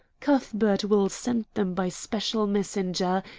cuthbert will send them by special messenger,